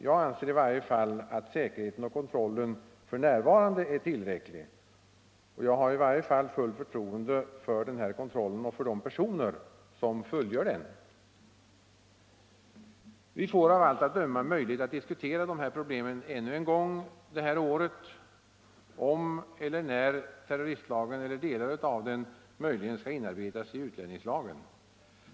Jag anser i varje fall att säkerheten och kontrollen f.n. är tillräckliga, och jag har fullt förtroende för den kontrollen och för de personer som gör den. Vi får av allt att döma möjlighet att diskutera dessa problem ännu en gång i år, om eller när terroristlagen eller delar av den möjligen skall inarbetas i utlänningslagen.